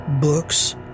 books